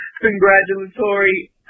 congratulatory